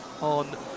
on